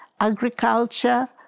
agriculture